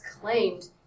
claimed